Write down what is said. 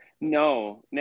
No